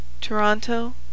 Toronto